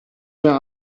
mehr